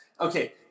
Okay